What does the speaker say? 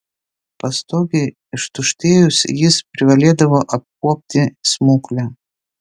pastogei ištuštėjus jis privalėdavo apkuopti smuklę